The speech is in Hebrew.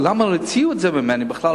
למה הוציאו את זה ממני בכלל,